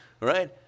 Right